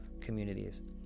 communities